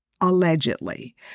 Allegedly